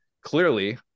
Clearly –